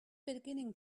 beginning